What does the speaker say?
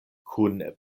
kun